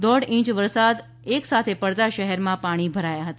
દોઢ ઇંચ વરસાદ એકી સાથે પડતા શહેરમાં પાણી ભરાયા હતા